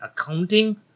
accounting